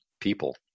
people